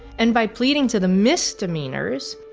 and by pleading to the misdemeanors,